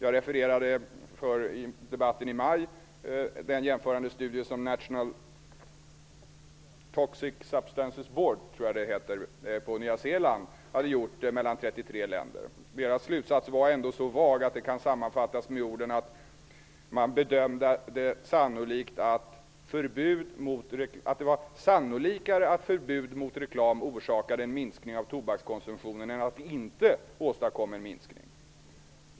Jag refererade i debatten i maj till den jämförande studie mellan 33 länder som National Toxic Substances Board på Nya Zeeland gjort. Deras slutsats var så vag att den kan sammanfattas med att det var mer sannolikt att förbud mot reklam orsakade en minskning av tobakskonsumtionen än att det inte åstadkom en minskning.